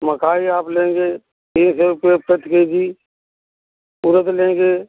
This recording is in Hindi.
मकाई आप लेंगे एक हज़ार रुपये तक के जी उड़द लेंगे